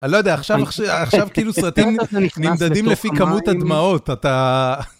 אני לא יודע, עכשיו כאילו סרטים נמדדים לפי כמות הדמעות, אתה...